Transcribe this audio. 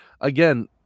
again